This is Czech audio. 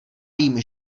vím